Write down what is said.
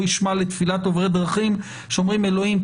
ישמע לתפילת עוברי דרכים שאומרים: אלוהים,